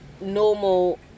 normal